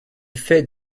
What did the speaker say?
fait